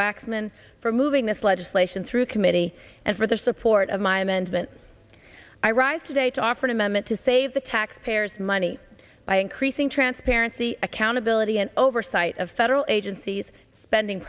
waxman for moving this legislation through committee and for their support of my amendment i rise today to offer an amendment to save the taxpayers money by increasing transparency accountability and oversight of federal agencies spending